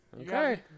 Okay